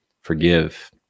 forgive